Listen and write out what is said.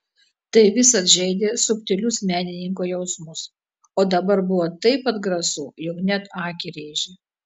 tai visad žeidė subtilius menininko jausmus o dabar buvo taip atgrasu jog net akį rėžė